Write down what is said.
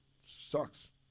sucks